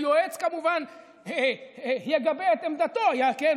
היועץ, כמובן, יגבה את עמדתו, כן?